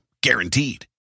Guaranteed